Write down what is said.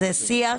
זה שיח